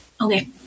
Okay